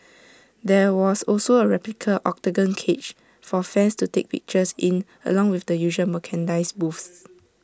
there was also A replica Octagon cage for fans to take pictures in along with the usual merchandise booths